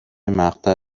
مقطع